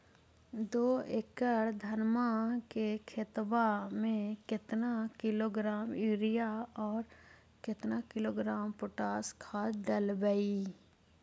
दो एकड़ धनमा के खेतबा में केतना किलोग्राम युरिया और केतना किलोग्राम पोटास खाद डलबई?